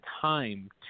time